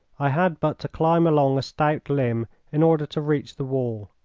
i had but to climb along a stout limb in order to reach the wall.